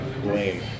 blame